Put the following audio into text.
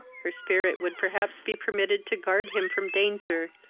her spirit would perhaps be permitted to guard him from danger,